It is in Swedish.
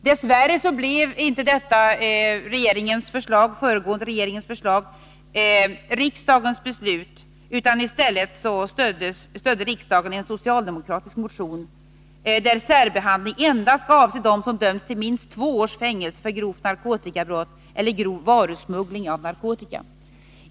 Dess värre blev inte detta den föregående regeringens förslag riksdagens beslut, utan i stället stödde riksdagen en socialdemokratisk motion, enligt vilken särbehandling endast skall avse dem som döms till minst två års fängelse för grovt narkotikabrott eller grov varusmuggling av narkotika.